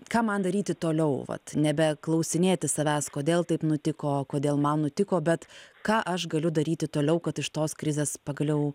ką man daryti toliau vat nebeklausinėti savęs kodėl taip nutiko kodėl man nutiko bet ką aš galiu daryti toliau kad iš tos krizės pagaliau